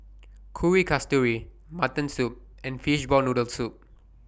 Kuih Kasturi Mutton Soup and Fishball Noodle Soup